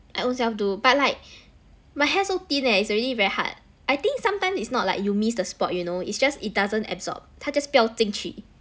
I own self do but like my hair so thin leh it's already very hard I think sometimes it's not like you missed the sport you know it's just it doesn't absorb 他 just 不要进去